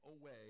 away